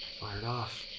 fire it off.